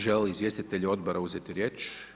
Žele li izvjestitelji odbora uzeti riječ?